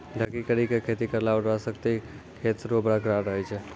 ढकी करी के खेती करला उर्वरा शक्ति खेत रो बरकरार रहे छै